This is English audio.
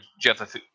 Jeff